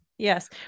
Yes